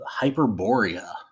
Hyperborea